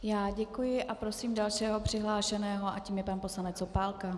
Já děkuji a prosím dalšího přihlášeného a tím je pan poslanec Opálka.